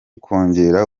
kongera